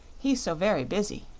he's so very busy.